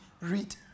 read